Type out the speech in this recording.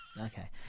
okay